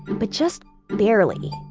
but just barely